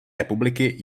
republiky